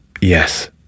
yes